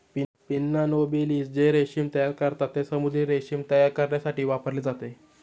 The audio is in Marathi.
पिन्ना नोबिलिस जे रेशीम तयार करतात, ते समुद्री रेशीम तयार करण्यासाठी वापरले जाते